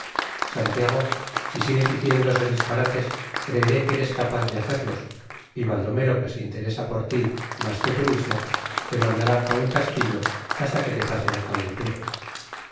santiago si sigues diciendo esos disparates creeré que eres capaz de hacerlos y baldomero que se interesa por ti más que tú mismo te mandará a un castillo hasta que te pase la calentura